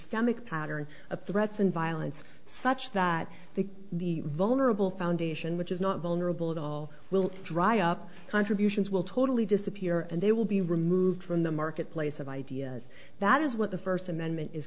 systemic pattern of threats and violence such that the the vulnerable foundation which is not vulnerable at all will dry up contributions will totally disappear and they will be removed from the marketplace of ideas that is what the first amendment is